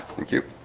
thank you